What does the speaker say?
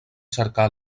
cercar